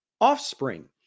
offspring